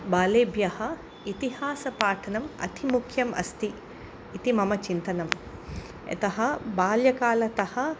बालेभ्यः इतिहासपाठनम् अतिमुख्यम् अस्ति इति मम चिन्तनं यतः बाल्यकालतः